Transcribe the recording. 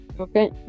okay